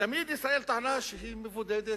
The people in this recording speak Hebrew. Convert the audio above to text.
תמיד ישראל טענה שהיא מבודדת,